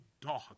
dog